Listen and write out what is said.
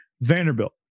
vanderbilt